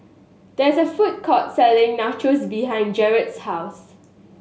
there is a food court selling Nachos behind Jarret's house